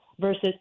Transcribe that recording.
versus